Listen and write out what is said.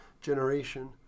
generation